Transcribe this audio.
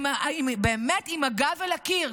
הם באמת עם הגב אל הקיר.